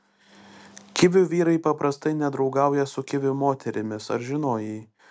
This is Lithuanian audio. kivių vyrai paprastai nedraugauja su kivių moterimis ar žinojai